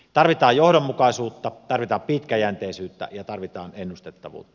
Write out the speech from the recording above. tarvitaan johdonmukaisuutta tarvitaan pitkäjänteisyyttä ja tarvitaan ennustettavuutta